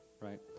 right